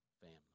family